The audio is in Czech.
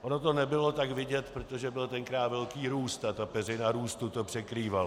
Ono to nebylo tak vidět, protože byl tenkrát velký růst a ta peřina růstu to překrývala.